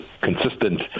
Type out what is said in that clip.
consistent